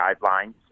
guidelines